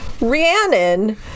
Rhiannon